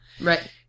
Right